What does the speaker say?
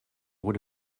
what